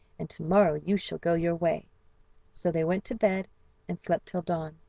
and to-morrow you shall go your way so they went to bed and slept till dawn.